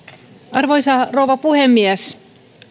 arvoisa rouva puhemies